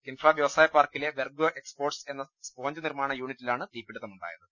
കിൻഫ്ര വ്യവസായ പാർക്കിലെ Vergo Exports എന്ന സ്പോഞ്ച് നിർമ്മാണ യൂണിറ്റിലാണ് തീപിടുത്തമുണ്ടായത്